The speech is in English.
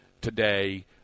today